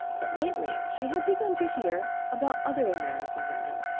but lately she had begun to hear about other american women,